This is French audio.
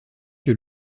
que